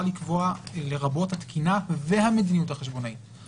לקבוע לרבות התקינה והמדיניות החשבונאית.